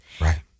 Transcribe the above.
Right